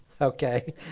Okay